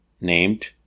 named